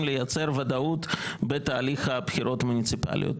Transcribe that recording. לייצר ודאות בתהליך הבחירות המוניציפליות.